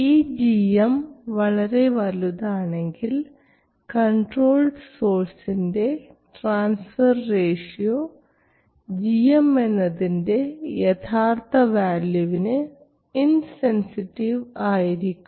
ഈ gm വളരെ വലുതാണെങ്കിൽ കൺട്രോൾഡ് സോഴ്സിൻറെ ട്രാൻസ്ഫർ റേഷ്യോ gm എന്നതിൻറെ യഥാർത്ഥ വാല്യൂവിന് ഇൻസെൻസിറ്റീവ് ആയിരിക്കും